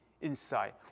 inside